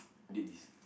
did this